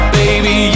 baby